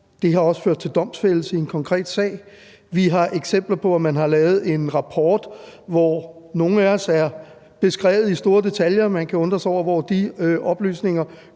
det har også ført til domfældelse i en konkret sag. Vi har eksempler på, at man har lavet en rapport, hvor nogle af os er beskrevet i store detaljer – man kan undre sig over, hvor de oplysninger